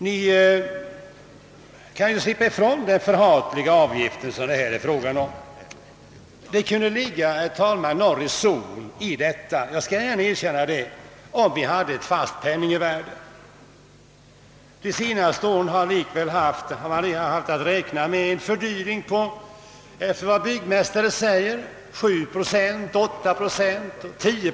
Ni kan på så sätt slippa den förhatliga investeringsavgiften.» Det kunde, herr talman, ligga något av reson i detta, det skall jag gärna erkänna, om vi hade ett fast penningvärde. De senaste åren har man likväl enligt byggmästare jag talat med, haft att räkna med en fördyring på byggen av 7—10 procent per år.